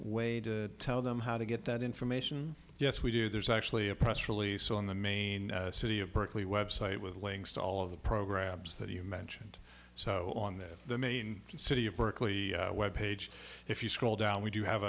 way to tell them how to get that information yes we do there's actually a press release on the main city of berkeley website with links to all of the programs that you mentioned so on the main city of berkeley web page if you scroll down we do have